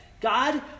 God